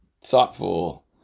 thoughtful